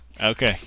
Okay